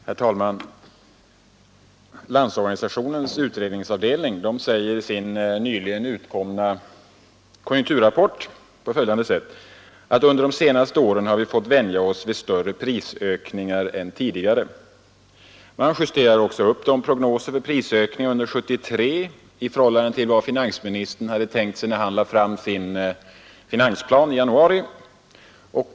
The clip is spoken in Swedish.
Herr talman! Landsorganisationens utredningsavdelning säger i sin nyligen utkomna konjunkturrapport att ”under de senaste åren har vi fått vänja oss vid större prisökningar än tidigare”. Man justerar också upp siffrorna i prognoser för prisökningarna under 1973 i förhållande till vad finansministern hade tänkt sig när han lade fram sin finansplan i januari.